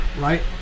right